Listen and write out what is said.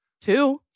two